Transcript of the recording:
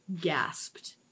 gasped